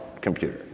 computer